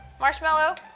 Marshmallow